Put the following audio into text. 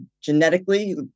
genetically